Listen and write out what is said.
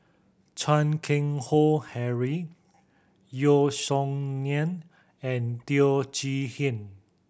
Chan Keng Howe Harry Yeo Song Nian and Teo Chee Hean